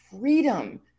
freedom